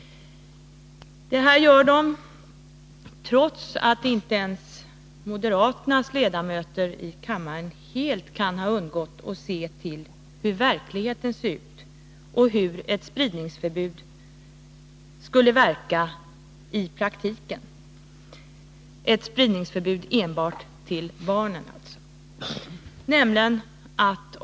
De gör detta trots att inte ens de moderata ledamöterna i kammaren helt kan ha undgått att se hur verkligheten ser ut och hur ett spridningsförbud riktat enbart till barnen skulle verka i praktiken.